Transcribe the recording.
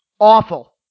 Awful